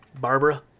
Barbara